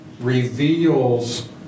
reveals